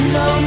no